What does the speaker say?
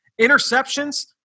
interceptions